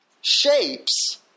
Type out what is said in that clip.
shapes